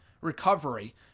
recovery